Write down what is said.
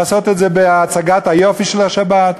לעשות את זה בהצגת היופי של השבת,